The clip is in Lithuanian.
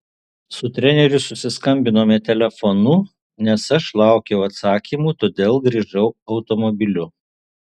su treneriu susiskambinome telefonu nes aš laukiau atsakymų todėl grįžau automobiliu